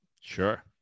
sure